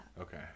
Okay